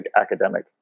academic